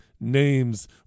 names